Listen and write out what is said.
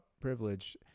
privilege